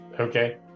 Okay